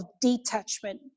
detachment